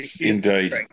Indeed